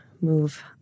move